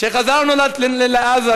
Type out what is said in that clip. שחזרנו לעזה,